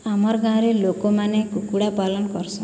ଆମର୍ ଗାଁରେ ଲୋକମାନେ କୁକୁଡ଼ା ପାଲନ୍ କର୍ସନ୍